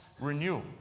renewal